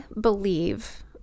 believe